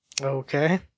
Okay